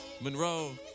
Monroe